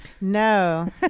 No